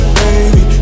baby